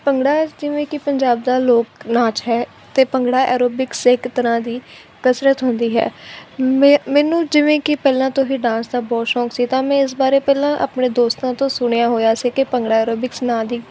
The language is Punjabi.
ਭੰਗੜਾ ਜਿਵੇਂ ਕਿ ਪੰਜਾਬ ਦਾ ਲੋਕ ਨਾਚ ਹੈ ਅਤੇ ਭੰਗੜਾ ਐਰੋਬਿਕਸ ਇੱਕ ਤਰ੍ਹਾਂ ਦੀ ਕਸਰਤ ਹੁੰਦੀ ਹੈ ਮੈ ਮੈਂਨੂੰ ਜਿਵੇਂ ਕਿ ਪਹਿਲਾਂ ਤੋਂ ਹੀ ਡਾਂਸ ਦਾ ਬਹੁਤ ਸ਼ੌਕ ਸੀ ਤਾਂ ਮੈਂ ਇਸ ਬਾਰੇ ਪਹਿਲਾਂ ਆਪਣੇ ਦੋਸਤਾਂ ਤੋਂ ਸੁਣਿਆ ਹੋਇਆ ਸੀ ਕਿ ਭੰਗੜਾ ਐਰੋਬਿਕਸ ਨਾਂ ਦੀ